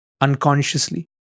unconsciously